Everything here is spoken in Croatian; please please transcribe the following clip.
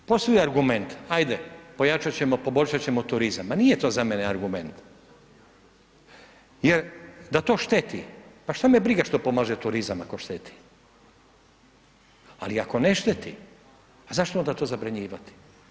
Ja, postoji argument ajde pojačat ćemo, poboljšat ćemo turizam, ma nije to za mene argument jer da to šteti, pa što me briga što pomaže turizam ako šteti, ali ako ne šteti pa zašto onda to zabranjivati.